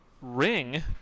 ring